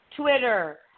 Twitter